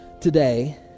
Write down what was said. today